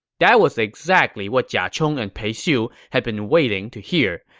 that was exactly what jia chong and pei xiu had been waiting to hear.